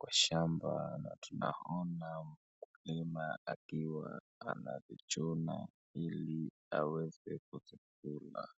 kwa shamba na tunaona mkulima akiwa anazichuna ili aweze kuzikula.